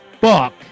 fuck